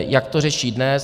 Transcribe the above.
Jak to řeší dnes?